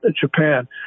Japan